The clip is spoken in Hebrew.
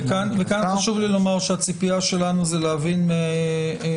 וכאן חשוב לי לומר שהציפייה שלנו היא להבין ממשרד